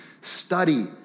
study